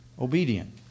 obedient